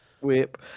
Whip